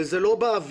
וזה לא באוויר,